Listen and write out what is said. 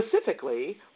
Specifically